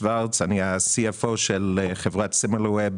ה-CFO של חברת סימילרא ווב,